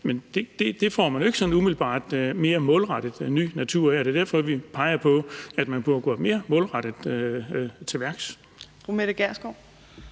Men det får man jo ikke sådan umiddelbart mere målrettet ny natur af. Det er derfor, vi peger på, at man burde gå mere målrettet til værks.